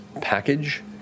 package